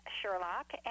Sherlock